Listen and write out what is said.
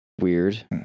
weird